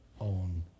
own